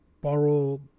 borrow